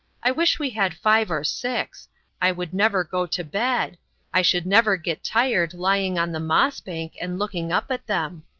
i wish we had five or six i would never go to bed i should never get tired lying on the moss-bank and looking up at them.